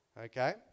okay